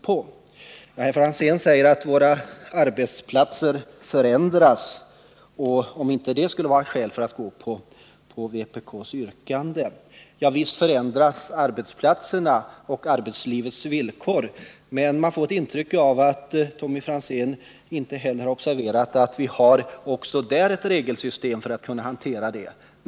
Herr Franzén säger att förhållandena på våra arbetsplatser förändrats och menar att detta skulle vara skäl nog för att biträda vpk:s yrkande. Visst förändras förhållandena på arbetsplatserna och arbetslivets villkor, men man får intrycket att Tommy Franzén inte har observerat att vi också i det avseendet har ett regelsystem för att kunna hantera dessa frågor.